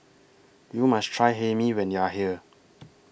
YOU must Try Hae Mee when YOU Are here